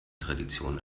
tradition